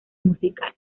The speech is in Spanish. musical